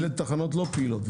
אלה תחנות לא פעילות.